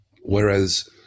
Whereas